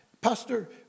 Pastor